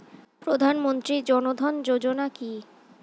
প্রধানমন্ত্রী জনধন যোজনা কি?